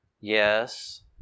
Yes